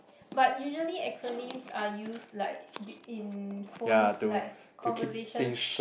but usually acronyms are used like in phones like conversations